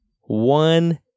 One